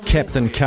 Captain